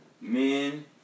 Men